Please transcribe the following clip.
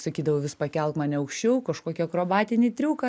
sakydavau vis pakelk mane aukščiau kažkokį akrobatinį triuką